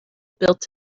built